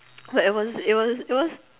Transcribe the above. but it was it was it was